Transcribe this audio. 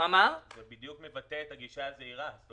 זה בדיוק מבטא את הגישה הזהירה שלנו.